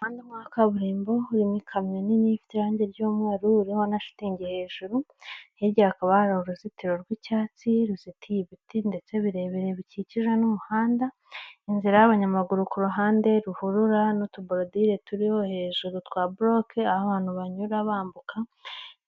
Umuhanda wa kaburimbo, harimo ikamyo nini ifite irangi ry'umweru, iriho na shitingi hejuru, hirya hakaba hari uruzitiro rw'icyatsi ruzitiye ibiti ndetse birebire bikikije n'umuhanda, inzira y'abanyamaguru ku ruhande, ruhurura n'utuborodire turiho hejuru twa boroke aho ahantu banyura bambuka